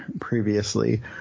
previously